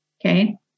Okay